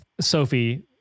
Sophie